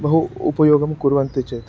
बहु उपयोगं कुर्वन्ति चेत्